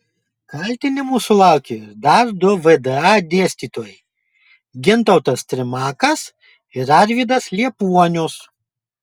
kaltinimų sulaukė ir dar du vda dėstytojai gintautas trimakas ir arvydas liepuonius